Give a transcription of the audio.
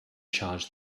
charge